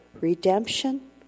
redemption